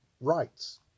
rights